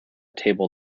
table